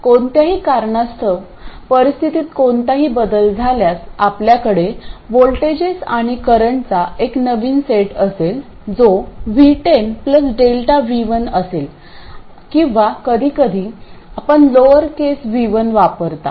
कोणत्याही कारणास्तव स्थितीत कोणताही बदल झाल्यास आपल्याकडे व्होल्टेजेस आणि करंटचा एक नवीन सेट असेल जो V10 Δ V1 असेल किंवा कधीकधी आपण लोअर केस v1 वापरता